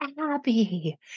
Abby